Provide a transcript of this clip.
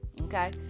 Okay